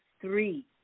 three